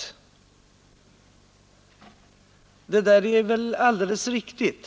Detta är väl alldeles riktigt.